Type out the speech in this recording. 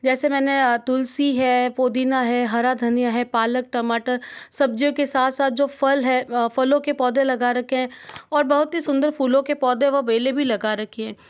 जैसे मैंने तुलसी है पुदीना है हरा धनिया है पालक टमाटर सब्जियों के साथ साथ जो फल है फलों के पौधे लगा रखे हैं और बहुत ही सुंदर फूलों के पौधे व बेलें भी लगा रखी है